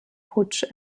putsch